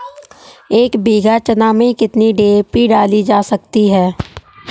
एक बीघा चना में कितनी डी.ए.पी डाली जा सकती है?